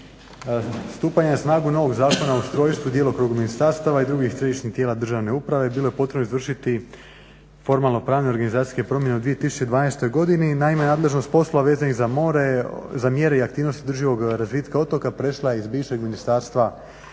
Stupanjem na snagu novog zakona o ustrojstvu i djelokrugu ministarstava i drugih središnjih tijela državne uprave bilo je potrebno izvršiti formalno pravne organizacijske promjene u 2012.godini. Naime, nadležnost posla vezanih za more, za mjere i aktivnosti održivog razvitka otoka prešla je iz bivšeg Ministarstva